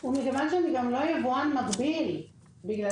ומכיוון שאני גם לא יבואן מקביל בגלל